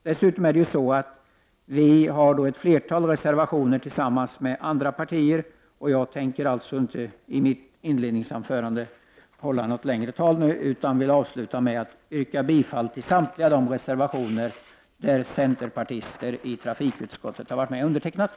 Dessutom har vi ett flertal reservationer tillsammans med andra partier. Jag tänker alltså inte hålla något längre tal nu utan vill avsluta med att yrka bifall till samtliga de reservationer som centerpartister i trafikutskottet har varit med om att avge.